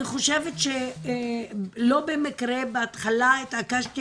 אני חושבת שלא במקרה בהתחלה התעקשתי